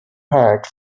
hired